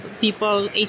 people